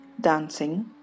Dancing